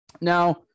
Now